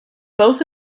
both